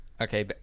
Okay